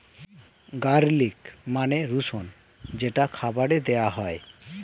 garlic মানে রসুন যেটা খাবারে দেওয়া হয়